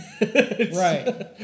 Right